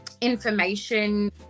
information